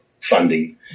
funding